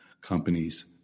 companies